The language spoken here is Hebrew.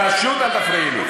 פשוט אל תפריעי לי.